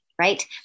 right